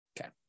Okay